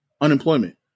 unemployment